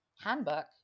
handbook